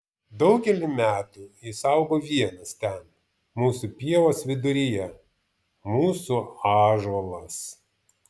daugelį metų jis augo vienas ten mūsų pievos viduryje mūsų ąžuolas